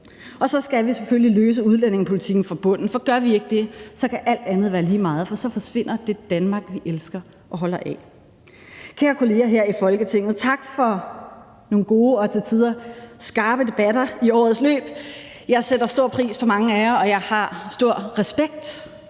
Og så skal vi selvfølgelig løse udlændingepolitikken fra bunden, for gør vi ikke det, kan alt andet være lige meget, for så forsvinder det Danmark, vi elsker og holder af. Kære kolleger her i Folketinget: Tak for nogle gode og til tider skarpe debatter i årets løb. Jeg sætter stor pris på mange af jer, og jeg har stor respekt